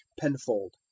Penfold